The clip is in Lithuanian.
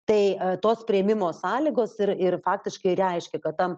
tai tos priėmimo sąlygos ir ir faktiškai ir reiškia kad tam